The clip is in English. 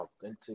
authentic